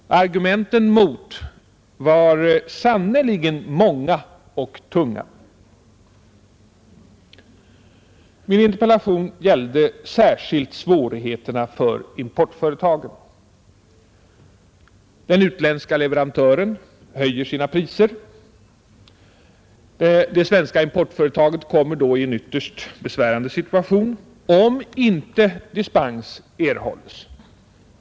Argumenten mot var sannerligen många och tunga. Min interpellation gällde särskilt svårigheterna för importföretagen. När den utländska leverantören höjer sina priser kommer det svenska importföretaget i en ytterst besvärande situation, om inte dispens erhålles.